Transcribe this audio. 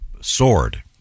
Sword